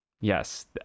Yes